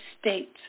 states